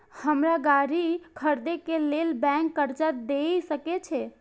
हमरा गाड़ी खरदे के लेल बैंक कर्जा देय सके छे?